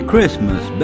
Christmas